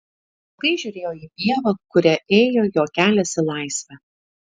ilgai žiūrėjo į pievą kuria ėjo jo kelias į laisvę